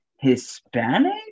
Hispanic